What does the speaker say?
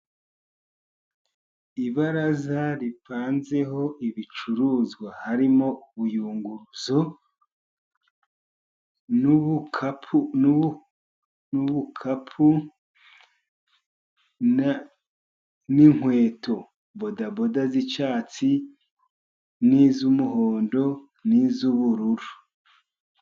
Ibaraza ripanzeho ibicuruzwa, harimo ubuyunguruzo, ubukapu n'inkweto, bodaboda z'icyatsi ,iz'umuhondo n'iz'ubururu.